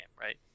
right